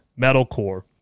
metalcore